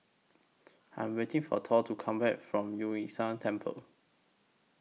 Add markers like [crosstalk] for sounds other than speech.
I'm waiting For Thor to Come Back from Yu [unintelligible] Temple